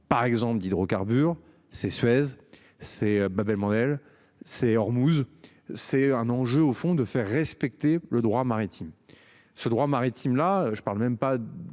par exemple d'hydrocarbures, c'est Suez c'est Babel modèle c'est Ormuz. C'est un enjeu au fond de faire respecter le droit maritime ce droit maritime, là je parle même pas